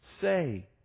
say